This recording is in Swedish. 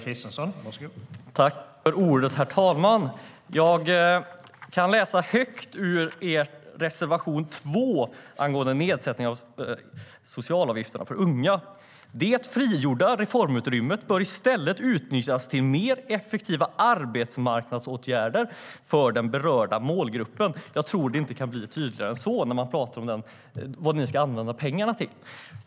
Herr talman! Jag kan läsa högt ur er reservation 2 angående nedsättning av socialavgifterna för unga: Det frigjorda reformutrymmet bör i stället utnyttjas till mer effektiva arbetsmarknadsåtgärder för den berörda målgruppen. Jag tror inte att det kan bli tydligare än så vad ni ska använda pengarna till.